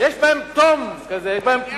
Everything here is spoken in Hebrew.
יש בהם תום כזה, יש בהם תמימות.